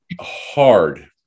hard